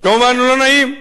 כמובן הוא לא נעים,